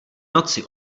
noci